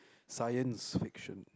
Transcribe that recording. science fiction